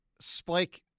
Spike